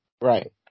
right